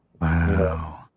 Wow